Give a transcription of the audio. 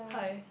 hi